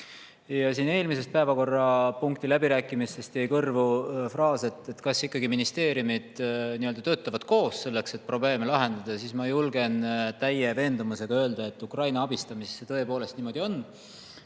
Siin eelmise päevakorrapunkti läbirääkimistest jäi kõrvu fraas, et kas ministeeriumid nii-öelda töötavad koos, selleks et probleeme lahendada. Ma julgen täie veendumusega öelda, et Ukraina abistamisel see tõepoolest niimoodi on.